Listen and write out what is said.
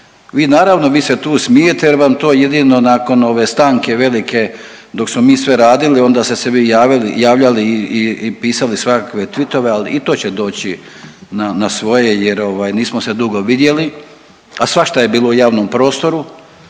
Vi naravno, vi se tu smijete jer vam to jedino nakon ove stanke velike dok smo mi sve radili, onda ste se vi javljali i pisali svakakve tweetove, ali i to će doći na svoje jer ovaj, nismo se dugo vidjeli, a svašta je bilo u javnom prostoru